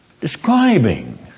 describing